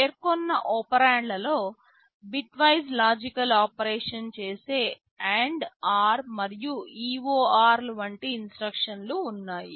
పేర్కొన్న ఒపెరాండ్ న్లలో bitwise logical operation చేసే AND OR మరియు EOR వంటి ఇన్స్ట్రక్షన్లు ఉన్నాయి